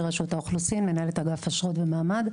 מנהלת אגף אשרות ומעמד,